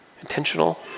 intentional